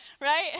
right